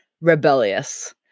rebellious